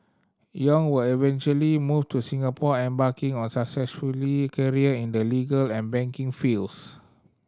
Yong would eventually move to Singapore embarking on successful career in the legal and banking fields